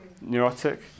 Neurotic